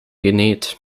genäht